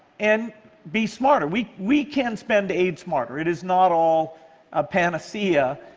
and be smarter. we we can spend aid smarter. it is not all a panacea.